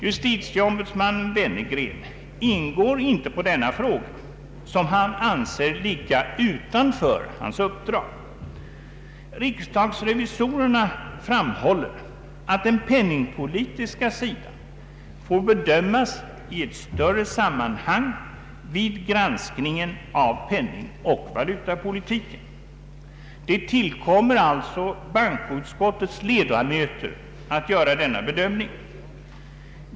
Justitieombudsmannen Wennergren ingår inte på denna fråga, som han anser ligga utanför hans uppdrag. Riksdagsrevisorerna framhåller att den penningpolitiska sidan får bedömas i ett större sammanhang vid granskningen av penningoch valutapolitiken. Det tillkommer alltså bankoutskottets ledamöter att göra denna bedömning.